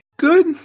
good